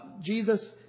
Jesus